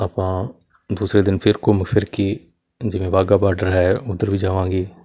ਆਪਾਂ ਦੂਸਰੇ ਦਿਨ ਫਿਰ ਘੁੰਮ ਫਿਰ ਕੇ ਜਿਵੇਂ ਵਾਹਗਾ ਬਾਡਰ ਹੈ ਉਧਰ ਵੀ ਜਾਵਾਂਗੇ